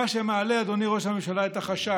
מה שמעלה, אדוני ראש הממשלה, את החשש